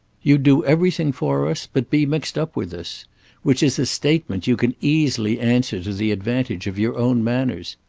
you'd do everything for us but be mixed up with us which is a statement you can easily answer to the advantage of your own manners.